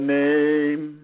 name